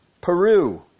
Peru